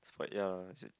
but ya is it